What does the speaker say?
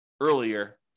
earlier